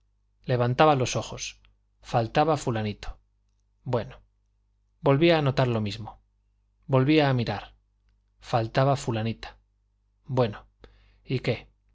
levantaba los ojos faltaba fulanito bueno volvía a notar lo mismo volvía a mirar faltaba fulanita bueno y qué